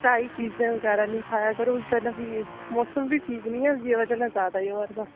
fry चीजां बगैरा नी खाया करो उसदे नै फ्ही मौसम बी ठीक नी ऐ उसदी वजह नै ज़्यादा ही होआ'रदा